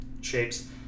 shapes